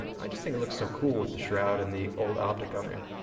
um i just think it looks so cool with the shroud and the old optic on there.